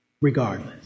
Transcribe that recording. regardless